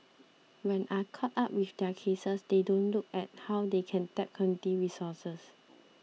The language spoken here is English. when are caught up with their cases they don't look at how they can tap resources